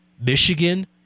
Michigan